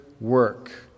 work